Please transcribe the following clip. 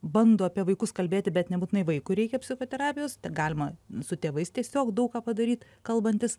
bando apie vaikus kalbėti bet nebūtinai vaikui reikia psichoterapijos galima su tėvais tiesiog daug ką padaryt kalbantis